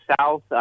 south